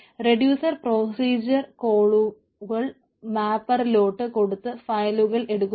reducer procedure കോളുകൾ മാപ്പറിലോട്ട് കൊടുത്ത് ഫയലുകൾ എടുക്കുന്നു